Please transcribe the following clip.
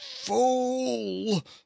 Fool